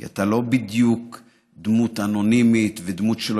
כי אתה לא בדיוק דמות אנונימית ודמות שלא